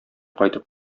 кайтып